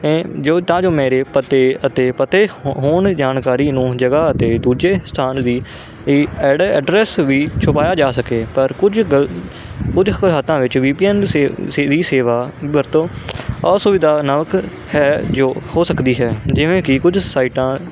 ਜੋ ਤਾਂ ਜੋ ਮੇਰੇ ਪਤੇ ਅਤੇ ਪਤੇ ਹੋਣ ਦੀ ਜਾਣਕਾਰੀ ਨੂੰ ਜਗ੍ਹਾ ਅਤੇ ਦੂਜੇ ਸਥਾਨ ਦੀ ਐਡੇ ਐਡਰੈਸ ਵੀ ਛੁਪਾਇਆ ਜਾ ਸਕੇ ਪਰ ਕੁਝ ਗੱਲ ਕੁਝ ਹਲਾਤਾਂ ਵਿੱਚ ਵੀ ਵੀ ਪੀ ਐਨ ਸੇਵਾ ਵੀ ਸੇਵਾ ਵਰਤੋਂ ਅਸੁਵਿਧਾ ਨਾਥ ਹੈ ਜੋ ਹੋ ਸਕਦੀ ਹੈ ਜਿਵੇਂ ਕਿ ਕੁਝ ਸਾਈਟਾਂ